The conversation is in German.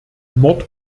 mord